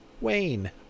Wayne